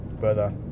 further